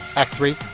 act three,